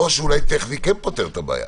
או שאולי טכני כן פותר את הבעיה.